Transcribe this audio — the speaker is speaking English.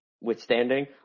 withstanding